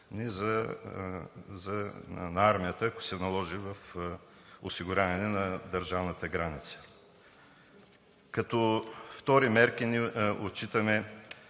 на армията, ако се наложи в осигуряването на държавната граница. Като втори мерки, ние отчитаме